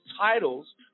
titles